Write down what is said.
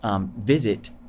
visit